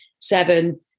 seven